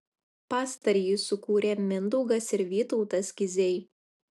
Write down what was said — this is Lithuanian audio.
pastarąjį sukūrė mindaugas ir vytautas kiziai